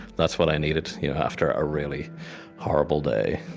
that's what i needed after a really horrible day,